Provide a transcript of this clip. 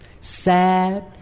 sad